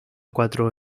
cuatro